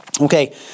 Okay